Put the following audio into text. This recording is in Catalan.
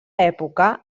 època